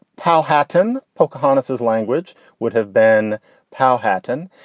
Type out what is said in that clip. how hattan pocono's language would have been pow hattan.